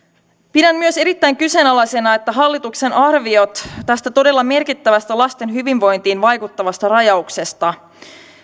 pidän myös erittäin kyseenalaisena että hallituksen arviot tästä todella merkittävästä lasten hyvinvointiin vaikuttavasta rajauksesta